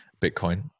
Bitcoin